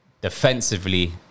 defensively